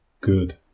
good